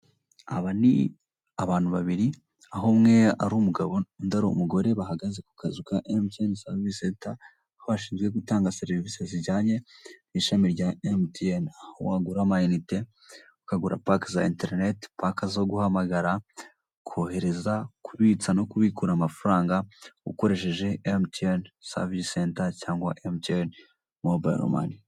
Aba ni abantu babiri aho umwe ari ugabo undi ari umugore bahagaze ku kazu ka emutiyeni savisi senta, aho bashinzwe gutanga serivise zijyanye n'ishami rya emutiyeni aho wagura amayinite, ukagura pake za interineti, pake zo guhamagara, kohereza, kubitsa no kubikura amafaranga ukoresheje emutiyeni savisi senta cyangwa emutiyeni mobayilo mani.